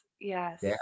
Yes